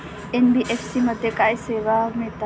NBFC मध्ये काय सेवा मिळतात?